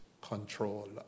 control